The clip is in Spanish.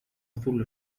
azul